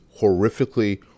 horrifically